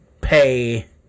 Pay